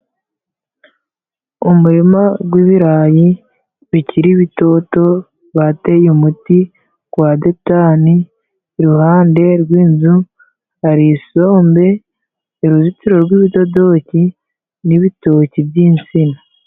Umurima gw'ibirayi bikiri bitoto bateye umuti gwa detani. Iruhande rw'inzu hari isombe, uruzitiro rw'ibidodoki n'ibitoki by'insina.